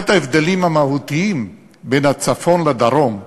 אחד ההבדלים המהותיים בין הצפון לדרום הוא